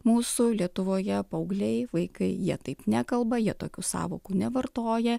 mūsų lietuvoje paaugliai vaikai jie taip nekalba jie tokių sąvokų nevartoja